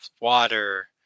water